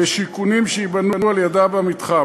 בשיכונים שייבנו על-ידה במתחם.